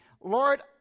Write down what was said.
lord